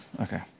okay